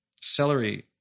celery